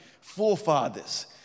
forefathers